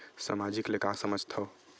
सामाजिक ले का समझ थाव?